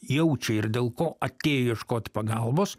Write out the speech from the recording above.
jaučia ir dėl ko atėjo ieškot pagalbos